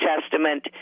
Testament